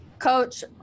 coach